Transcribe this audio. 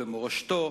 במורשתו,